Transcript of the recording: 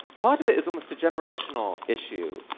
part of it is almost a generational issue.